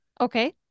Okay